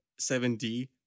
7D